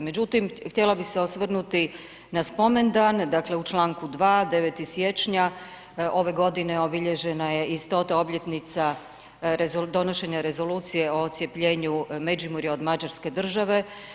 Međutim, htjela bih se osvrnuti na spomendan, dakle u članku 2. 9. siječnja ove godine obilježena je i 100.-ta obljetnica donošenja Rezolucije o odcjepljenu Međimurja od Mađarske države.